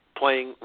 playing